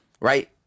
right